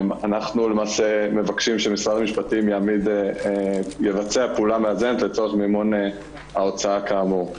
אנחנו מבקשים שמשרד המשפטים יבצע פעולה מאזנת לצורך מימון ההוצאה כאמור.